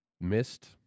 Missed